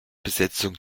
besetzung